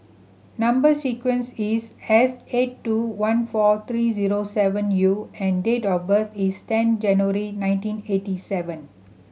number sequence is S eight two one four three zero seven U and date of birth is ten January nineteen eighty seven